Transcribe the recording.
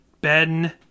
ben